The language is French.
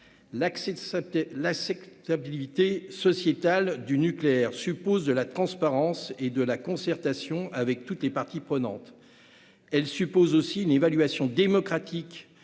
L'acceptabilité sociétale du nucléaire suppose de la transparence et de la concertation avec toutes les parties prenantes. Elle implique aussi une évaluation démocratique